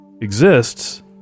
exists